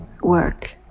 work